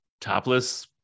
topless